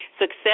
success